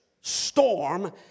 storm